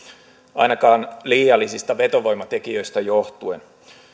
ainakaan liiallisista vetovoimatekijöistä johtuen